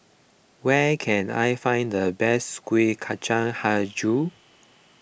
where can I find the best Kuih Kacang HiJau